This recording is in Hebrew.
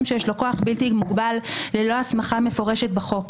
שיש לו כוח בלתי מוגבל ללא הסמכה מפורשת בחוק.